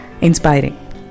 Inspiring